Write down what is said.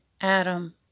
Adam